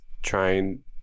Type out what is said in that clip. trying